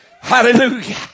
Hallelujah